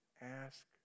ask